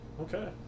Okay